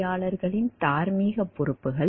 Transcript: பொறியாளர்களின் தார்மீக பொறுப்புகள்